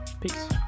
Peace